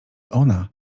ona